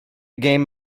game